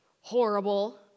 Horrible